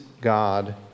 God